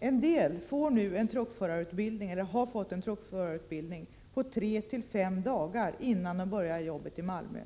En del får nu eller har fått en truckförarutbildning på tre till fem dagar, innan de börjar arbetet i Malmö.